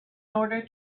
order